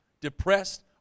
depressed